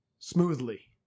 smoothly